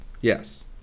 Yes